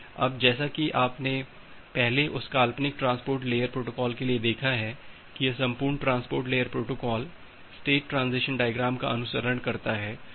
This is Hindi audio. अब जैसा कि आपने पहले उस काल्पनिक ट्रांसपोर्ट लेयर प्रोटोकॉल के लिए देखा है कि ये संपूर्ण transport layer protocol state transition diagram का अनुसरण करता है